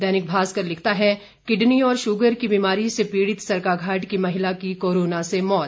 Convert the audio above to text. दैनिक भास्कर लिखता है किडनी और शुगर की बीमारी से पीड़ित सरकाघाट की महिला की कोरोना से मौत